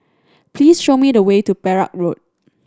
please show me the way to Perak Road